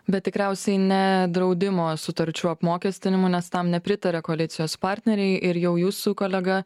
bet tikriausiai ne draudimo sutarčių apmokestinimu nes tam nepritaria koalicijos partneriai ir jau jūsų kolega